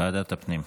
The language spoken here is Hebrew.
לוועדת הפנים.